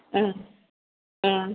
आं आं